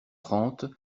trente